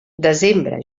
desembre